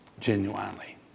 Genuinely